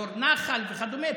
אזור נחל וכדומה.